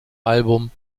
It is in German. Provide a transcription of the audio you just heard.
album